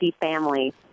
Family